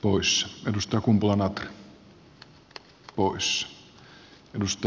oys r us kannatan hylkyesitystä